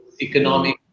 economic